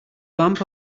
vamp